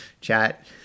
chat